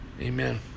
amen